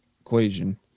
equation